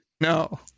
No